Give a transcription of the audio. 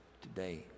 today